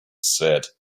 said